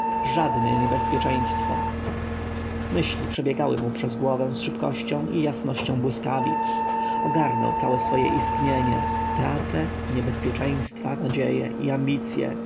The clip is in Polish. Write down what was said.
żadne niebezpieczeństwo myśli przebiegały mu przez głowę z szybkością i jasnością błyskawic ogarnął całe swoje istnienie prace niebezpieczeństwa nadzieje i ambicje